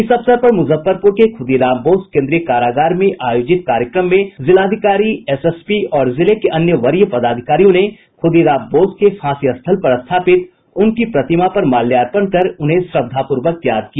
इस अवसर पर मुजफ्फरपुर के खुदीराम बोस केन्द्रीय कारागार में आयोजित कार्यक्रम में जिलाधिकारी एसएसपी और जिले के अन्य वरीय पदाधिकारियों ने खुदीराम बोस के फांसी स्थल पर स्थापित उनकी प्रतिमा पर माल्यार्पण कर उन्हें श्रद्वापूर्वक याद किया